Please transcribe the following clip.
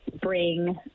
bring